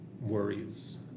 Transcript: worries